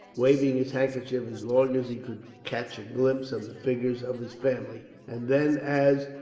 waving his handkerchief as long as he could catch a glimpse of the figures of his family and then as,